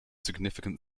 significant